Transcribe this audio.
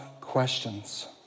Questions